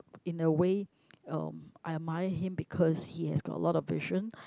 in a way um I admire him because he has got a lot of vision